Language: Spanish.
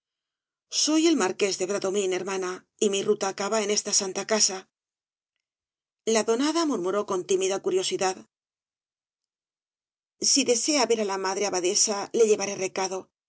soy el marqués de bradomín hermana y mi ruta acaba en esta santa casa la donada murmuró con tímida curiosidad si desea ver á la madre abadesa le llevaré recado